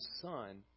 son